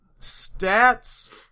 stats